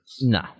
No